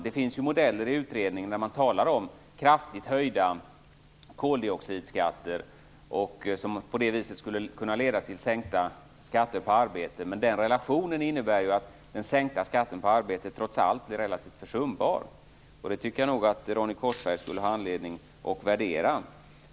Det finns modeller i utredningen där man utgår från kraftigt höjda koldioxidskatter, som skulle kunna leda till sänkta skatter på arbete. Men den relationen innebär ju att den sänkta skatten på arbete trots allt blir förhållandevis försumbar. Jag tycker nog att Ronny Korsberg skulle ha anledning att värdera det.